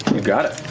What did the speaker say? you got it,